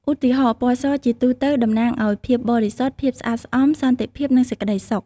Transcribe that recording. ឧទាហរណ៍ ពណ៌សជាទូទៅតំណាងឱ្យ ភាពបរិសុទ្ធ ភាពស្អាតស្អំ សន្តិភាព និងសេចក្តីសុខ។